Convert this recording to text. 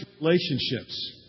relationships